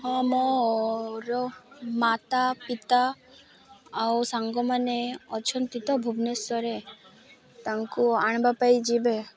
ହଁ ମୋର ମାତା ପିତା ଆଉ ସାଙ୍ଗମାନେ ଅଛନ୍ତି ତ ଭୁବନେଶ୍ୱରେ ତାଙ୍କୁ ଆଣିବା ପାଇଁ ଯିବେ